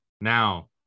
now